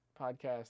podcast